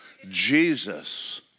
Jesus